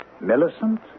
Millicent